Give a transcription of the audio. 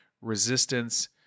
resistance